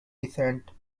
descent